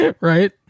Right